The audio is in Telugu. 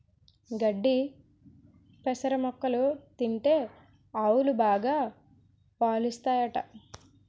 గడ్డి పెసర మొక్కలు తింటే ఆవులు బాగా పాలుస్తాయట